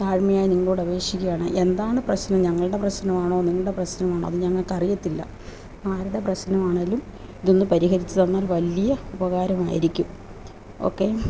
താഴ്മയായി നിങ്ങളോട് അപേക്ഷിക്കുകയാണ് എന്താണ് പ്രശ്നം ഞങ്ങളുടെ പ്രശ്നമാണോ നിങ്ങളുടെ പ്രശ്നമാണോ അത് ഞങ്ങൾക്ക് അറിയത്തില്ല ആരുടെ പ്രശ്നമാണെങ്കിലും ഇതൊന്ന് പരിഹരിച്ച് തന്നാൽ വലിയ ഉപകാരമായിരിക്കും ഓക്കേ